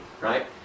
right